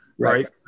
Right